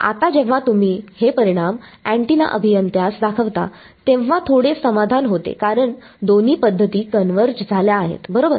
आता जेव्हा तुम्ही हे परिणाम अँटिना अभियंत्यास दाखविता तेव्हा थोडे समाधान होते कारण दोन्ही पद्धती कन्वर्जझाल्या आहेत बरोबर